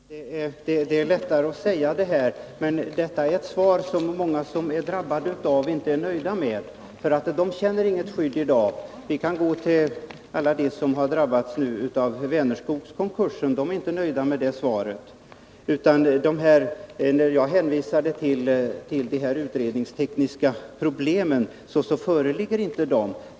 Herr talman! Det är lätt att säga, Bengt Silfverstrand, men detta är svar, som många drabbade inte är nöjda med. De har inget skydd i dag. Det har nu senast alla de som har drabbats av Vänerskogskonkursen fått erfara. Det utredningstekniska problem jag hänvisade till föreligger inte nu.